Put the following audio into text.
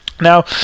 now